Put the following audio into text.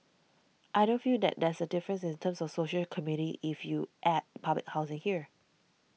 I don't feel that there's a difference in terms of social community if you add public housing here